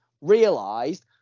Realised